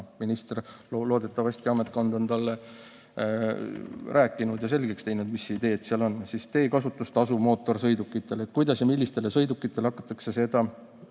siis loodetavasti ministri ametkond on talle rääkinud ja selgeks teinud, mis ideed seal on. Siis teekasutustasu mootorsõidukitele – kuidas ja millistele sõidukitele hakatakse seda